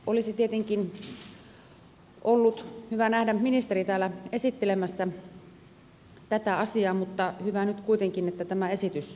olisi tietenkin ollut hyvä nähdä ministeri täällä esittelemässä tätä asiaa mutta hyvä nyt kuitenkin että tämä esitys on täällä